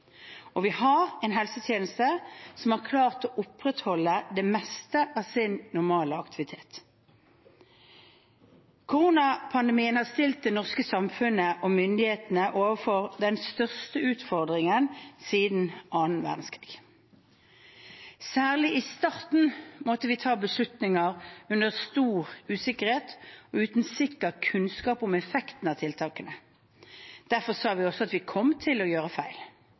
Vi har også en helsetjeneste som har klart å opprettholde det meste av sin normale aktivitet. Koronapandemien har stilt det norske samfunnet og myndighetene overfor den største utfordringen siden annen verdenskrig. Særlig i starten måtte vi ta beslutninger under stor usikkerhet og uten sikker kunnskap om effekten av tiltakene. Derfor sa vi også at vi kom til å gjøre feil.